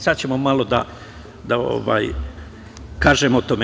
Sad ćemo malo da kažem o tome.